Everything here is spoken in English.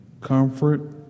comfort